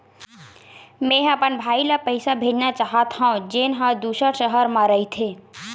मेंहा अपन भाई ला पइसा भेजना चाहत हव, जेन हा दूसर शहर मा रहिथे